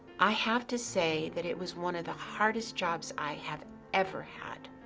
i have to say that it was one of the hardest jobs i have ever had.